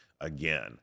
again